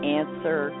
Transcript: answer